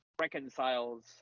reconciles